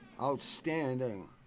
outstanding